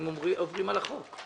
האם עוברים על החוק?